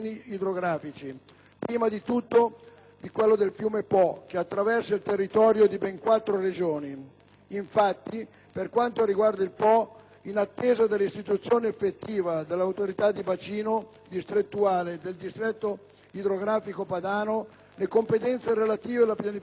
prima di tutti di quello del fiume Po, che attraversa il territorio di ben quattro Regioni. Infatti, per quanto riguarda il Po, in attesa della istituzione effettiva dell'autorità di bacino distrettuale del distretto idrografico padano, le competenze relative alla pianificazione territoriale,